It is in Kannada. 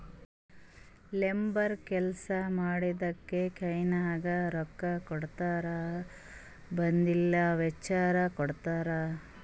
ಲೇಬರ್ ಕೆಲ್ಸಾ ಮಾಡಿದ್ದುಕ್ ಕೈನಾಗ ರೊಕ್ಕಾಕೊಡದ್ರ್ ಬದ್ಲಿ ವೋಚರ್ ಕೊಡ್ತಾರ್